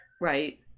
Right